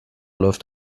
läuft